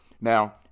Now